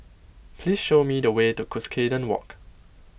please show me the way to Cuscaden Walk